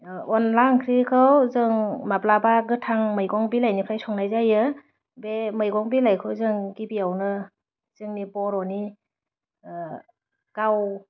अनला ओंख्रिखौ जों माब्लाबा गोथां मैगं बिलाइनिफ्राय संनाय जायो बे मैगं बिलाइखौ जों गिबियावनो जोंनि बर'नि गाव